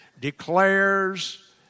declares